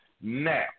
Now